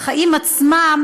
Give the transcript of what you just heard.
על החיים עצמם,